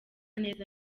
neza